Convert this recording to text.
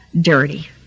dirty